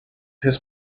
his